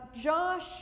Josh